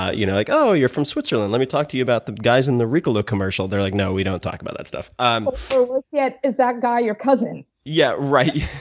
ah you know like oh, you're from switzerland. let me talk to you about the guys in the ricola commercial. they're like, no, we don't talk about that stuff. um so is that guy your cousin? yeah, right.